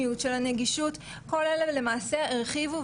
ולפתחנו באמת עוד מציאויות שלא היינו מעלים